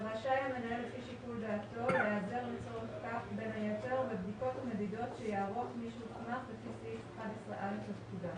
ביחס לשנה הראשונה לתקופת ההפחתה במהלך החודש ה-12 שלאחר היום הקובע.